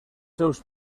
seus